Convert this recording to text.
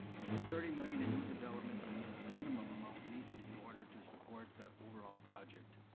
the thirty million in new development is in the minimum amount needed in order to support the overall project.